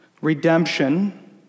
redemption